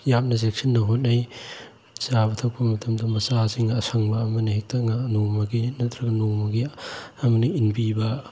ꯌꯥꯝꯅ ꯆꯦꯛꯁꯤꯟꯅ ꯍꯣꯠꯅꯩ ꯆꯥꯕ ꯊꯛꯄ ꯃꯇꯝꯗ ꯃꯆꯥꯁꯤꯡ ꯑꯁꯪꯕ ꯑꯃꯅ ꯍꯦꯛꯇ ꯉꯥꯏꯍꯥꯛ ꯅꯣꯡꯃꯒꯤ ꯅꯠꯇ꯭ꯔꯒ ꯅꯣꯡꯃꯒꯤ ꯑꯃꯅ ꯏꯟꯕꯤꯕ